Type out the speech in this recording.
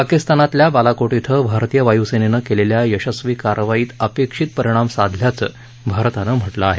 पाकिस्तानातल्या बालाकोट इथं भारतीय वायूसेनेनं केलेल्या यशस्वी कारवाईत अपेक्षित परिणाम साधल्याचं भारतानं म्हटलं आहे